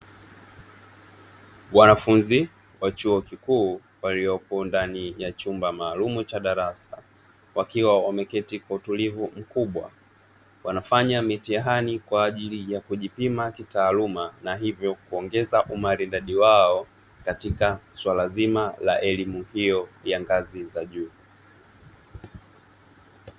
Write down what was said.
Wanafunzi wa chuo kikuu waliopo ndani ya chumba maalumu cha darasa, wakiwa wameketi kwa utulivu mkubwa. Wanafanya mitihani kwa ajili ya kujipima kitaaluma na hivyo, kuongeza umaridadi wao katika suala zima la elimu hiyo ya ngazi za juu.